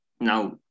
Now